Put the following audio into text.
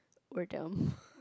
or dumb